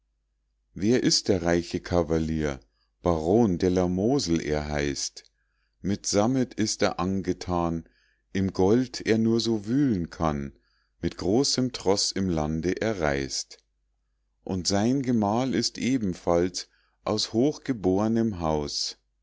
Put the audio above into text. wer ist der reiche kavalier baron de la mosel er heißt mit sammet ist er angetan im gold er nur so wühlen kann mit großem troß im land er reist und sein gemahl ist ebenfalls aus hochgebornem haus